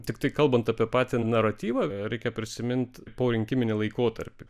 tiktai kalbant apie patį naratyvą reikia prisimint porinkiminį laikotarpį